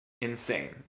insane